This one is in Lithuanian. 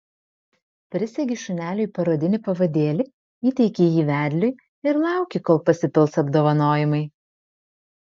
prisegi šuneliui parodinį pavadėlį įteiki jį vedliui ir lauki kol pasipils apdovanojimai